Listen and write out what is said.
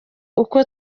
uko